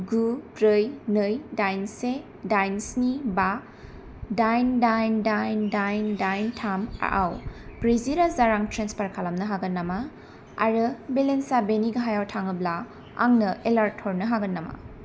गु ब्रै नै दाइन से दाइन स्नि बा दाइन दाइन दाइन दाइन दाइन थामआव ब्रैजिरोजा रां ट्रेन्सफार खालामनो हागोन नामा आरो बेलेन्सा बेनि गाहायाव थाङोब्ला आंनो एलार्ट हरनो हागोन नामा